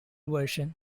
version